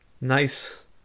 nice